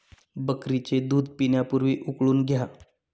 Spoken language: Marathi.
बकरीचे दूध पिण्यापूर्वी उकळून घ्या